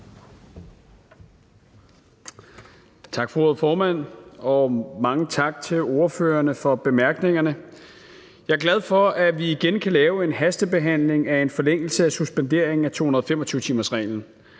Tak for ordet, formand. Og mange tak til ordførerne for bemærkningerne. Jeg er glad for, at vi igen kan lave en hastebehandling af en forlængelse af suspenderingen af 225-timersreglen.